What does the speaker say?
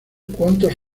cuantos